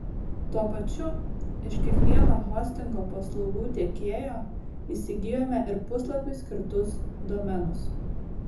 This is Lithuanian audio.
tuo pačiu iš kiekvieno hostingo paslaugų tiekėjo įsigijome ir puslapiui skirtus domenus